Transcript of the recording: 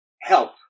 help